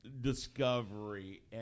discovery